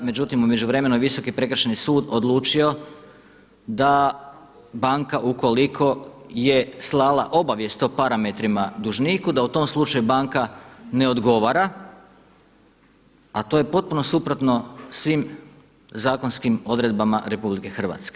Međutim u međuvremenu je Visoki prekršajni sud odlučio da banka ukoliko je slala obavijest o parametrima dužniku da u tom slučaju banka ne odgovara a to je potpuno suprotno svim zakonskim odredbama RH.